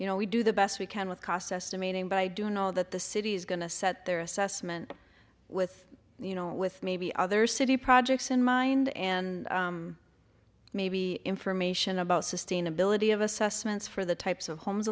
you know we do the best we can with costs estimating but i do know that the city is going to set their assessment with you know with maybe other city projects in mind and maybe information about sustainability of assessments for the types of homes